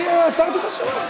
עצרתי את השעון.